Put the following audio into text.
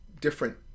different